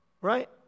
Right